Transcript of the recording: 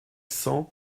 cent